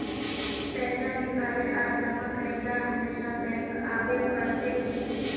पैसा निकाले आर जमा करेला हमेशा बैंक आबेल पड़ते की?